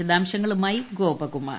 വിശദാംശങ്ങളുമായി ഗോപകുമാർ